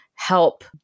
Help